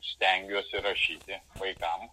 stengiuosi rašyti vaikam